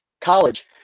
College